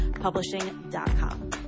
Publishing.com